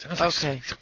Okay